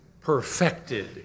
perfected